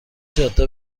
جاده